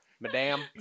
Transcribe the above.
Madam